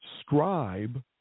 scribe